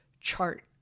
chart